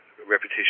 reputation